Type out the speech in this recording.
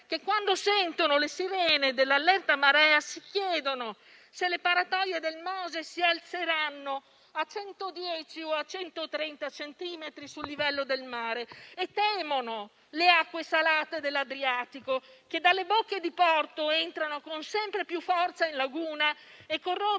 che quando sentono le sirene dell'allerta marea si chiedono se le paratoie del Mose si alzeranno a 110 o a 130 centimetri sul livello del mare e temono le acque salate dell'Adriatico che, dalle bocche di porto, entrano con sempre più forza in laguna e corrodono